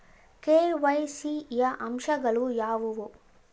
KYC ಯ ಅಂಶಗಳು ಯಾವುವು?